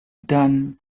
done